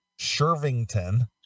Shervington